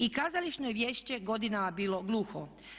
I kazališno je vijeće godinama bilo gluho.